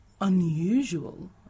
unusual